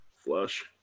Flush